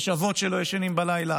יש אבות שלא ישנים בלילה,